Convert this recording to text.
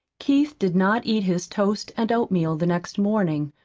keith did not eat his toast and oatmeal the next morning,